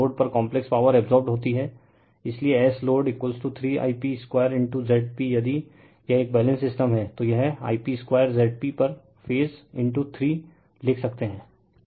तो लोड पर complex power absorbed होती है इसलिए S load 3I p 2Zp यदि यह एक बैलेंस्ड सिस्टम हैतो यह I p 2Zp पर फेज 3 लिख सकते हैं